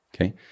Okay